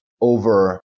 over